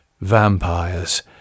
vampires